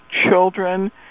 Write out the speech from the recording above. children